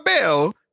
bell